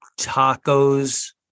tacos